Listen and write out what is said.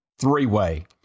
three-way